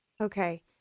Okay